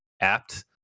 apt